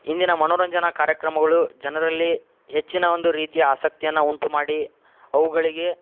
ಇಂದಿನ ಮನೋರಂಜನಾ ಕಾರ್ಯಕ್ರಮಗಳು ಜನರಲ್ಲಿ ಹೆಚ್ಚಿನ ಒಂದು ರೀತಿಯ ಆಸಕ್ತಿಯನ್ನು ಉಂಟು ಮಾಡಿ ಅವುಗಳಿಗೆ